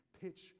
pitch